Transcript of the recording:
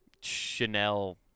Chanel